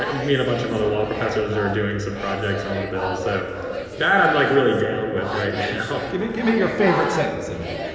ah me and bunch of other law professors are doing some projects and on the bill. so that i'm, like, really down with right now give me give me your favorite sentence in there